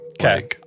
Okay